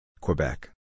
Quebec